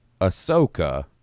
Ahsoka